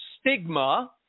stigma